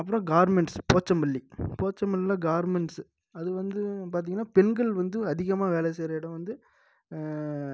அப்புறம் கார்மெண்ட்ஸ் போச்சம்பள்ளி போச்சம்பள்ளியில் கார்மெண்ட்ஸ் அது வந்து பார்த்திங்கனா பெண்கள் வந்து அதிகமாக வேலை செய்கிற இடம் வந்து